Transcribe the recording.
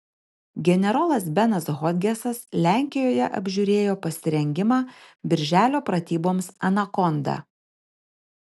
generolas benas hodgesas lenkijoje apžiūrėjo pasirengimą birželio pratyboms anakonda